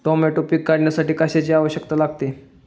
Tomato पीक काढण्यासाठी कशाची आवश्यकता लागते?